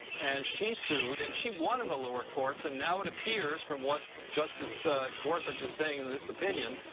and she sued, and she won in the lower courts. and now it appears, from what justice gorsuch is saying in this opinion,